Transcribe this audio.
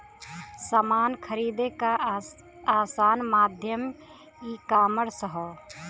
समान खरीदे क आसान माध्यम ईकामर्स हौ